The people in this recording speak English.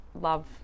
love